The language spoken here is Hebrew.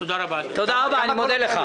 אני מודה לך.